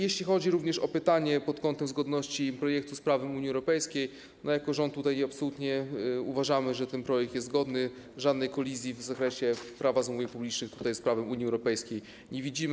Jeśli chodzi również o pytanie pod kątem zgodności projektu z prawem Unii Europejskiej, jako rząd absolutnie uważamy, że ten projekt jest zgodny, żadnej kolizji w zakresie Prawa zamówień publicznych z prawem Unii Europejskiej nie widzimy.